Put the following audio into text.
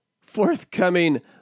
forthcoming